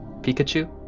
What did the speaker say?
Pikachu